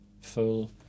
full